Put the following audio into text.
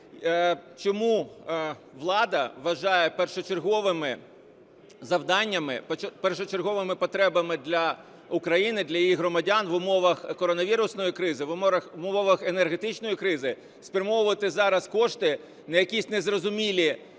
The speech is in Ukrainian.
чому влада вважає першочерговими завданнями, першочерговими потребами для України, для її громадян в умовах коронавірусної кризи, в умовах енергетичної кризи спрямовувати зараз кошти на якісь незрозумілі